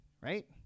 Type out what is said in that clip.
right